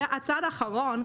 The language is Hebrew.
הצעד האחרון,